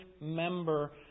member